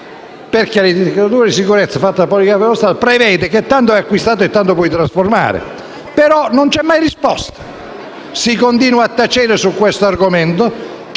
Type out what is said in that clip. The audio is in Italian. di sicurezza fatta dal Poligrafico dello Stato prevede che tanto hai acquistato e tanto puoi trasformare. Non c'è mai risposta e si continua a tacere su questo argomento